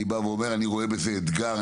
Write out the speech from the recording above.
אני בא ואומר שאני רואה בזה אתגר.